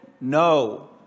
no